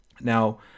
Now